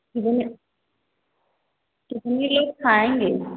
जी कितने लोग खाएँगे